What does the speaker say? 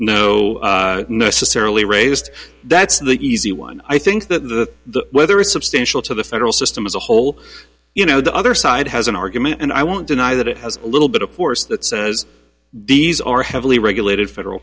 no necessarily raised that's the easy one i think the weather is substantial to the federal system as a whole you know the other side has an argument and i won't deny that it has a little bit of force that says these are heavily regulated federal